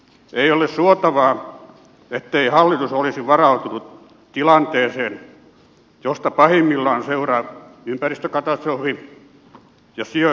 ei ole suotavaa ettei hallitus olisi varautunut tilanteeseen josta pahimmillaan seuraa ympäristökatastrofi ja sijoitetut rahat menetetään